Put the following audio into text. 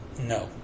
no